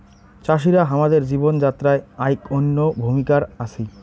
চাষিরা হামাদের জীবন যাত্রায় আইক অনইন্য ভূমিকার আছি